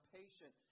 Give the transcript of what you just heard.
patient